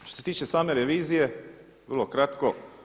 Što se tiče same revizije vrlo kratko.